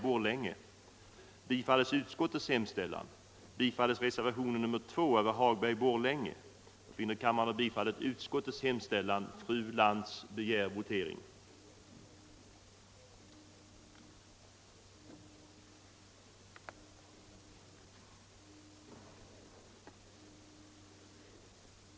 a) att riksdagen uttalade sig för inrättandet av ett samordnande centralt organ med uppgift att handha barnskyddsfrågor, verka för en övergripande registrering av barnolycksfall och förlopp för utvärdering och slutsatser,